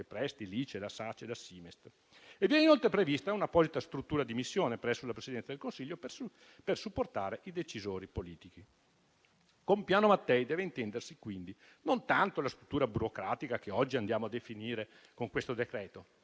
prestiti, l'ICE, la SACE e la Simest). Viene inoltre prevista un'apposita struttura di missione presso la Presidenza del Consiglio per supportare i decisori politici. Con Piano Mattei deve intendersi quindi non tanto la struttura burocratica che oggi andiamo a definire con questo decreto,